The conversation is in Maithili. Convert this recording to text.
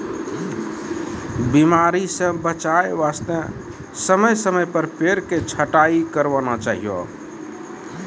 बीमारी स बचाय वास्तॅ समय समय पर पेड़ के छंटाई करवाना चाहियो